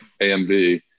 AMV